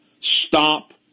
stop